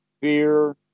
fear